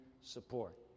support